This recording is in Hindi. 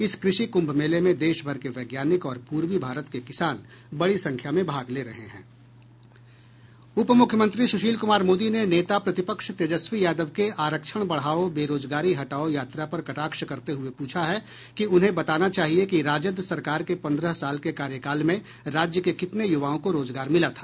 इस कृषि कुंभ मेले में देश भर के वैज्ञानिक और पूर्वी भारत के किसान बड़ी संख्या में भाग ले रहे हैं उप मुख्यमंत्री सुशील कुमार मोदी ने नेता प्रतिपक्ष तेजस्वी यादव के आरक्षण बढ़ाओ बेरोजगारी हटाओ यात्रा पर कटाक्ष करते हुये पूछा है कि उन्हें बताना चाहिए कि राजद सरकार के पंद्रह साल के कार्यकाल में राज्य के कितने युवाओं को रोजगार मिला था